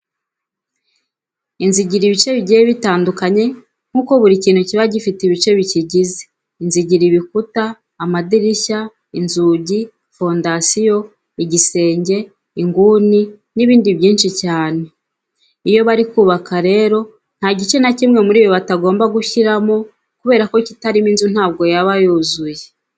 Inzu igirwa n'ibice bigiye bitandukanye nkuko buri kintu kiba gifite ibice bikigize. Inzu igira ibikuta, amadirishya, inzugi, fondasiyo, igisenge, inguni n'ibindi byinshi cyane. Iyo bari kubaka rero nta gice na kimwe muri ibi batagomba gushyiramo kubera ko kitarimo inzu ntabwo yaba yuzuye.